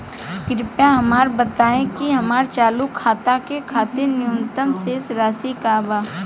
कृपया हमरा बताइ कि हमार चालू खाता के खातिर न्यूनतम शेष राशि का बा